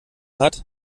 hat